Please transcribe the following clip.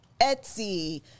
Etsy